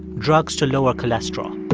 drugs to lower cholesterol.